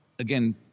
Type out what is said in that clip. Again